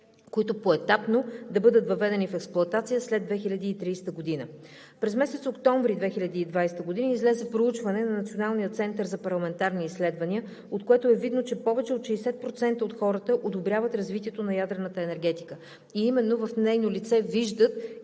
които поетапно да бъдат въведени в експлоатация след 2030 г. През месец октомври 2020 г. излезе проучване на Националния център за парламентарни изследвания, от което е видно, че повече от 60% от хората одобряват развитието на ядрената енергетика. Именно в нейно лице виждат